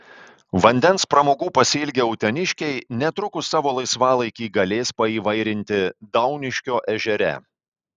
vandens pramogų pasiilgę uteniškiai netrukus savo laisvalaikį galės paįvairinti dauniškio ežere